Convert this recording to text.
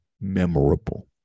memorable